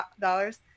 dollars